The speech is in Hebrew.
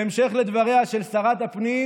בהמשך לדבריה של שרת הפנים,